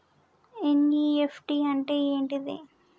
NEFT అంటే ఏంటిది?